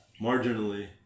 Marginally